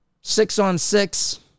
six-on-six